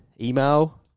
email